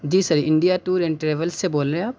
G sir India tour and travels سے بول رہے آپ